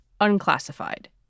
unclassified